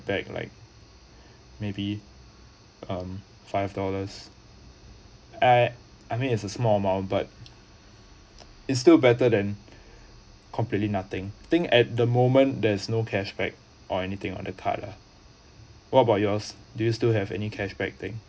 back like maybe um five dollars eh I mean is a small amount but it's still better than completely nothing thing at the moment there is no cashback or anything on the card lah what about yours do you still have any cashback thing